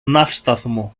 ναύσταθμο